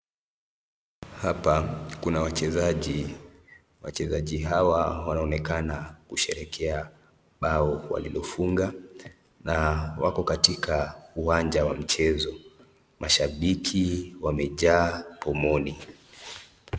Hapa kuna wachezaji, wachezaji hawa wanaonekana kusherehekea bao walilofunga na wako katika uwanja wa michezo. Mashabiki wamejaa pomoni.